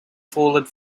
folded